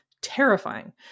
terrifying